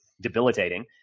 debilitating